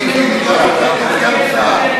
חבל שאין סיכוי,